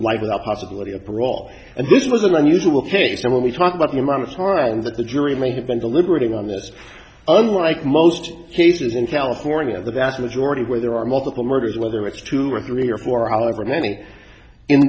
life without possibility of parole and this was an unusual case and when we talk about the amount of time that the jury may have been deliberating on this unlike most cases in california the vast majority where there are multiple murders whether it's two or three or four however many in